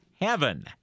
heaven